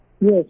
Yes